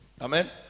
Amen